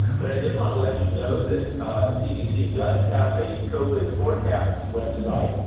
but i did want to let you know that cdc does have a covid forecast website.